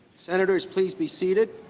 senators plea be seated.